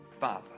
father